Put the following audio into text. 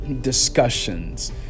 discussions